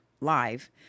live